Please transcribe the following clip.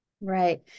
Right